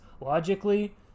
Logically